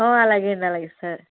అలాగే అండి అలాగే సరే